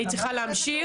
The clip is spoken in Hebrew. אני צריכה להמשיך.